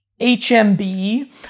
HMB